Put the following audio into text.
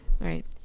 Right